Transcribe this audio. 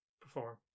perform